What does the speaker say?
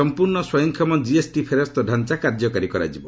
ସମ୍ପୂର୍ଣ୍ଣ ସ୍ୱୟଂକ୍ଷମ ଜିଏସ୍ଟି ଫେରସ୍ତ ଡାଞ୍ଚା କାର୍ଯ୍ୟକାରୀ କରାଯିବ